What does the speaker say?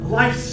life